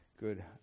Good